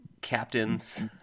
Captains